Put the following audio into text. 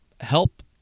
help